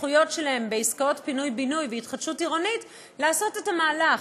הזכויות שלהם בעסקאות פינוי ובינוי והתחדשות עירונית לעשות את המהלך.